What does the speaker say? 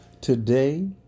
today